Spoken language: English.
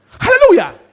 Hallelujah